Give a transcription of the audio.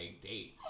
date